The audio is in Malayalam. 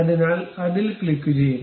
അതിനാൽ അതിൽ ക്ലിക്കുചെയ്യുക